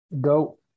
Go